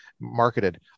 marketed